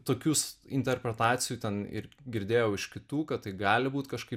tokius interpretacijų ten ir girdėjau iš kitų kad gali būt kažkaip